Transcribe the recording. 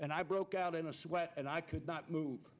and i broke out in a sweat and i could not move